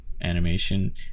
animation